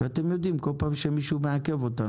כל פעם שמישהו מעכב אותנו,